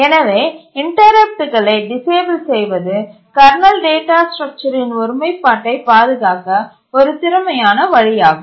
எனவே இன்டரப்ட்டடுகளை டிசேபிள் செய்வது கர்னல் டேட்டா ஸ்ட்ரக்சரின் ஒருமைப்பாட்டை பாதுகாக்க ஒரு திறமையான வழியாகும்